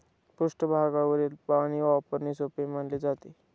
पृष्ठभागावरील पाणी वापरणे सोपे मानले जाते